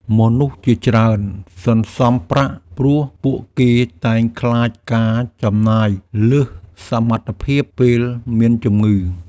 មនុស្សជាច្រើនសន្សុំប្រាក់ព្រោះពួកគេតែងខ្លាចការចំណាយលើសសមត្ថភាពពេលមានជំងឺ។